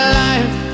life